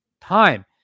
time